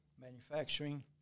manufacturing